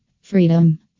Freedom